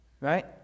right